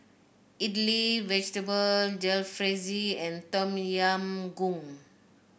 Idili Vegetable Jalfrezi and Tom Yam Goong